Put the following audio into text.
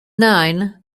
nine